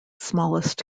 smallest